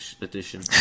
edition